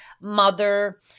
mother